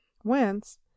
Whence